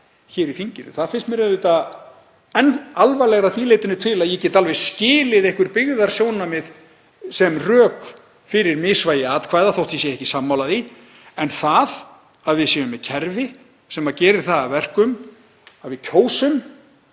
hér í þinginu. Það finnst mér auðvitað enn alvarlegra að því leytinu til að ég get alveg skilið einhver byggðasjónarmið sem rök fyrir misvægi atkvæða þótt ég sé ekki sammála því en það að við séum með kerfi sem gerir það að verkum við kjósum